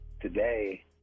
today